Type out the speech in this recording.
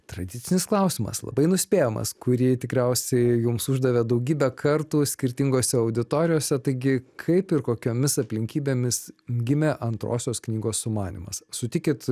tradicinis klausimas labai nuspėjamas kurį tikriausiai jums uždavė daugybę kartų skirtingose auditorijose taigi kaip ir kokiomis aplinkybėmis gimė antrosios knygos sumanymas sutikit